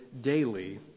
daily